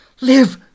live